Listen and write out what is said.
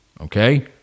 Okay